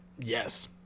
Yes